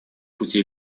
пути